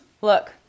Look